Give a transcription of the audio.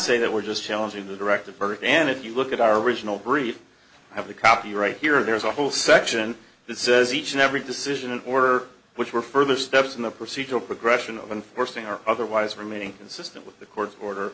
say that we're just challenging the directive birth and if you look at our original brief i have the copyright here and there's a whole section that says each and every decision and order which were further steps in the procedural progression of enforcing or otherwise remaining consistent with the court's order